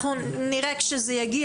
אנחנו נראה כשזה יגיע.